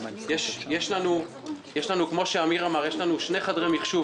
יש לנו שני חדרי מחשוב,